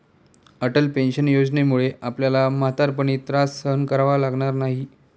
Atal pension योजनेमुळे आपल्याला म्हातारपणी त्रास सहन करावा लागणार नाही